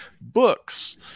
books